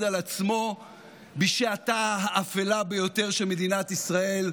על עצמו בשעתה האפלה ביותר של מדינת ישראל: